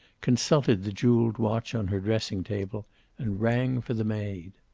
consulted the jewelled watch on her dressing table and rang for the maid.